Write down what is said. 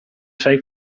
sei